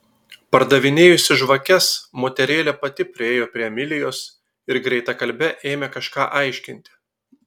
pardavinėjusi žvakes moterėlė pati priėjo prie emilijos ir greitakalbe ėmė kažką aiškinti